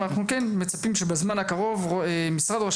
אבל אנחנו כן מצפים שבזמן הקרוב משרד ראש